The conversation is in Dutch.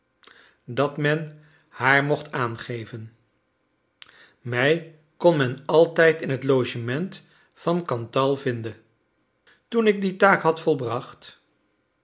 dat men haar mocht aangeven mij kon men altijd in het logement van cantal vinden toen ik die taak had volbracht